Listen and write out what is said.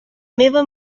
meva